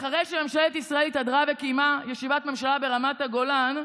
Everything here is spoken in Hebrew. אחרי שממשלת ישראל התהדרה וקיימה ישיבת ממשלה ברמת הגולן,